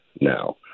now